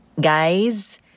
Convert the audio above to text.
Guys